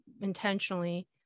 intentionally